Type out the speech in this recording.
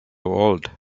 old